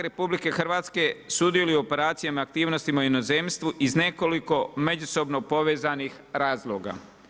Oružane RH sudjeluju u operacijama i aktivnostima u inozemstvu iz nekoliko međusobno povezanih razloga.